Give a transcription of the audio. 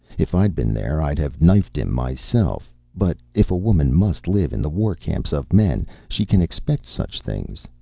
if i'd been there, i'd have knifed him myself. but if a woman must live in the war-camps of men, she can expect such things.